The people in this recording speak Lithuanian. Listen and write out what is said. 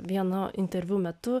vieno interviu metu